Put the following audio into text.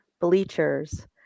bleachers